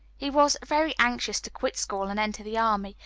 he was very anxious to quit school and enter the army,